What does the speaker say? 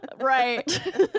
Right